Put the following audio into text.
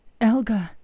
Elga